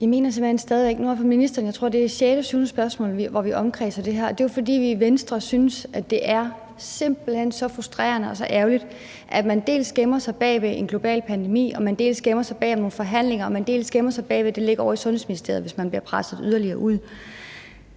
Ambo-Rasmussen (V): Jeg tror, det er sjette eller syvende spørgsmål, hvor vi kredser om det her, og det er jo, fordi vi i Venstre synes, at det simpelt hen er så frustrerende og så ærgerligt, at man dels gemmer sig bag en global pandemi, dels gemmer sig bag nogle forhandlinger, dels gemmer sig bag, at det ligger ovre i Sundhedsministeriet, hvis man bliver presset yderligere.